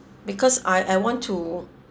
because I I want to